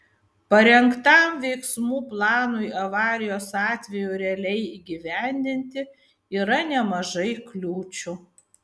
parengtam veiksmų planui avarijos atveju realiai įgyvendinti yra nemažai kliūčių